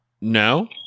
No